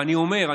ואני אומר,